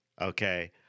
Okay